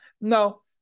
No